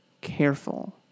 careful